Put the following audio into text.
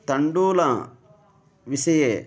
तण्डुलं विषये